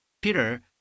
Peter